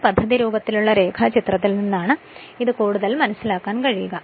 ഈ പദ്ധതി രൂപത്തിലുള്ള രേഖാചിത്രത്തിൽ നിന്നാണ് അത് കൂടുതൽ നന്നായി മനസ്സിലാക്കാൻ കഴിയുക